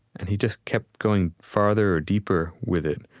and he just kept going farther or deeper with it,